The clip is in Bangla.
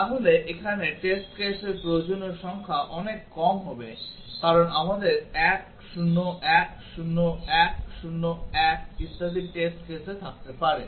তাহলে এখানে টেস্ট কেসের প্রয়োজনীয় সংখ্যা অনেক কম হবে কারণ আমাদের 1 0 1 0 1 0 1 ইত্যাদি টেস্ট কেসে থাকতে পারে